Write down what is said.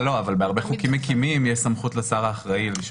אבל בהרבה חוקים מקימים יש סמכות לשר האחראי.